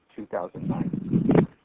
2009